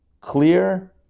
clear